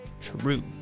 true